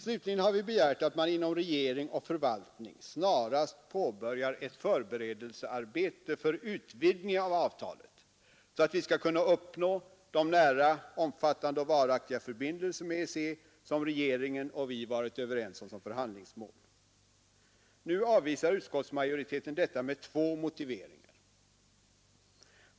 Slutligen har vi begärt att man inom regering och förvaltning snarast påbörjar ett förberedelsearbete för utvidgning av avtalet så att vi skall kunna uppnå de nära, omfattande och varaktiga förbindelser med EEC Som regeringen och vi varit överens om som förhandlingsmål. Utskottsmajoriteten avvisar detta med två motiveringar.